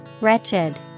Wretched